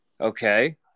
Okay